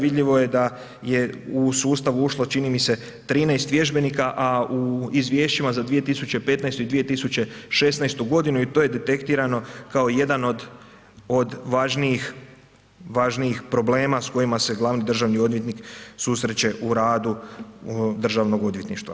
Vidljivo je da je u sustav ušlo čini mi se 13 vježbenika, a u izvješćima za 2015. i 2016. godinu i to je detektirano kao jedan od, od važnijih, važnijih problema s kojima se glavni državni susreće u radu državnog odvjetništva.